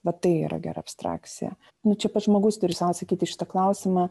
va tai yra gera abstrakcija nu čia pats žmogus turi sau atsakyti į šitą klausimą